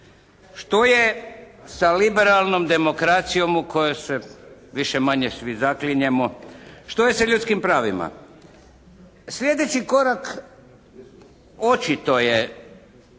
Što je sa liberalnom demokracijom u koju se više-manje svi zaklinjemo? Što je sa ljudskim pravima? Sljedeći korak očito je